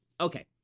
Okay